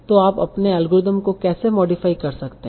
तो आप अपने एल्गोरिथ्म को कैसे मॉडिफाई कर सकते हैं